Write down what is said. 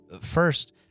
First